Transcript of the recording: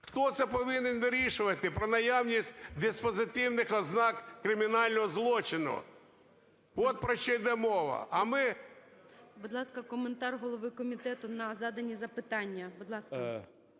Хто це повинен вирішувати про наявність диспозитивних ознак кримінального злочину. От про що йде мова. А ми… ГОЛОВУЮЧИЙ. Будь ласка, коментар голови комітету на задані запитання, будь ласка.